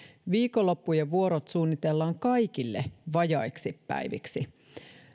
viikonloppujen vuorot suunnitellaan kaikille vajaiksi päiviksi